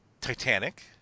Titanic